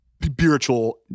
spiritual